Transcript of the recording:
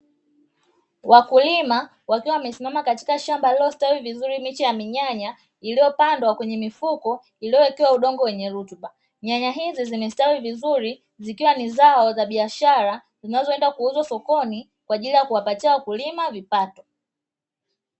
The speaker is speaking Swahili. Wakulima wakiwa wamesimama katika shamba lenye mimea iliyostawi vizuri miche ya nyanya iliyopandwa kwenye mifuko yenye udongo wenye rutuba. Nyanya hizi zimestawi vizuri ikiwa ni zao la biashara zinazoenda kuuzwa sokoni kwa ajili kuwapatia wakulima kipato.